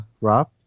Rob